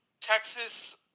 Texas